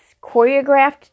choreographed